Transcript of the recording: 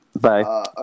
Bye